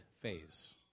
phase